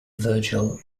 virgil